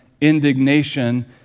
indignation